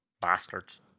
Bastards